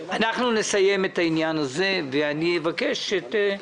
אנחנו נסיים את העניין הזה ואני אבקש ממך,